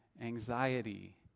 anxiety